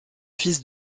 fils